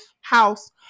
house